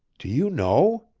do you know?